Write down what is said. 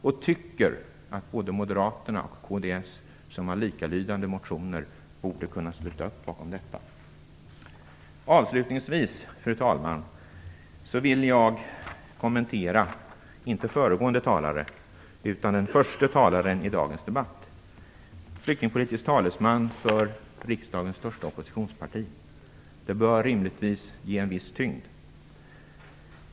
Jag tycker att både Moderaterna och Kristdemokraterna, som har likalydande motioner, borde kunna sluta upp bakom detta. Avslutningsvis, fru talman, vill jag kommentera inte den föregående utan den förste talaren i dagens debatt. Denne är flyktingpolitisk talesman för riksdagens största oppositionsparti, och det bör rimligtvis ge honom en viss tyngd.